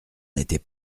n’était